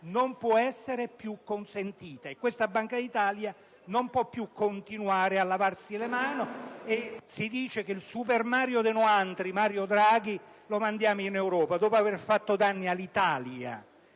non può essere più consentita. Questa Banca d'Italia non può più continuare a lavarsene le mani. Si dice che il Super Mario de' noantri, Mario Draghi, lo mandiamo in Europa: dopo aver fatto danni all'Italia